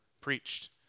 preached